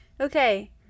Okay